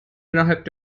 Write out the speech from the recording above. innerhalb